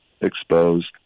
exposed